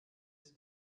sie